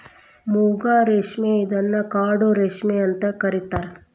ಮೂಗಾ ರೇಶ್ಮೆ ಇದನ್ನ ಕಾಡು ರೇಶ್ಮೆ ಅಂತ ಕರಿತಾರಾ